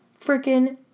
freaking